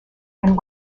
and